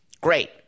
Great